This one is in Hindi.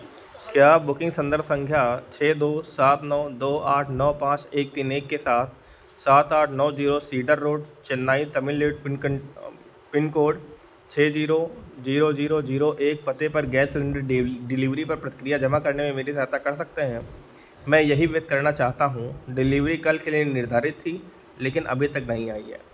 क्या बुकिंग संदर्भ संख्या छः दो सात नौ आठ नौ पाँच एक तीन एक के साथ सात आठ नौ zero cedar road Chennai Tamil pin को पिन कोड छः जीरो जीरो जीरो एक पते पर गैस सिलेन्डर डेवी डिलीवरी पर प्रतिक्रिया जमा करने में मेरी सहायता कर सकते हैं मैं यही व्यक्त करना चाहता हूँ डिलीवरी कल के लिए निर्धारित थी लेकिन अभी तक नहीं आई है